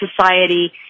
society